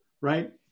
right